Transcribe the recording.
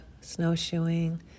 snowshoeing